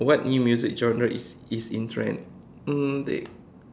what new music genre is is in trend um